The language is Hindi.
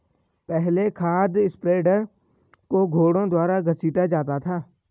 पहले खाद स्प्रेडर को घोड़ों द्वारा घसीटा जाता था